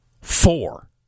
four